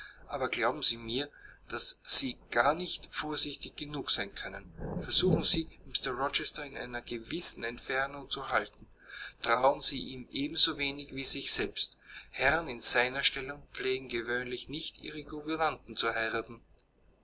aber glauben sie mir daß sie gar nicht vorsichtig genug sein können versuchen sie mr rochester in einer gewissen entfernung zu halten trauen sie ihm ebensowenig wie sich selbst herren in seiner stellung pflegen gewöhnlich nicht ihre gouvernanten zu heiraten